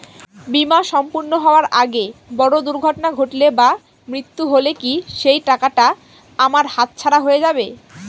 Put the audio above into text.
বীমা সম্পূর্ণ হওয়ার আগে বড় দুর্ঘটনা ঘটলে বা মৃত্যু হলে কি সেইটাকা আমার হাতছাড়া হয়ে যাবে?